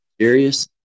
serious